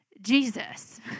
Jesus